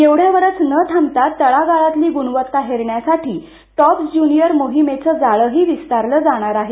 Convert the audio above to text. एवढ्यावरच न थांबता तळागाळातली गुणवत्ता हेरण्यासाठी टॉप्स ज्युनिअर मोहीमेचं जाळंही विस्तारलं जाणार आहे